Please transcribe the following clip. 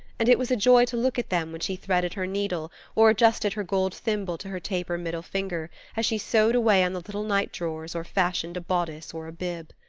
and it was a joy to look at them when she threaded her needle or adjusted her gold thimble to her taper middle finger as she sewed away on the little night-drawers or fashioned a bodice or a bib.